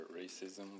racism